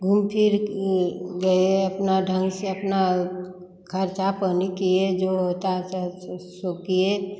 घूम फिर गए अपना ढंग से अपना ख़र्चा पानी किए जो होता है सर सो सो किए